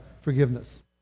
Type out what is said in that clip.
forgiveness